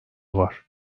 var